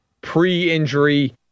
pre-injury